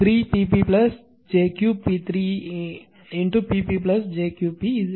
எனவே 3 P p j Q p 3 P p jQ p இது